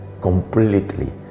completely